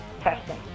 testing